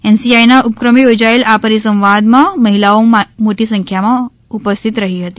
એનસીઆઇના ઉપક્રમે યોજાયેલ આ પરિસંવાદમાં મહિલાઓ માટી સંખ્યામાં ઉપસ્થિત રહી હતી